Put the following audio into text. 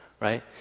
Right